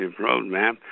roadmap